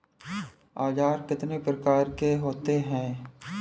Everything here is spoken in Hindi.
औज़ार कितने प्रकार के होते हैं?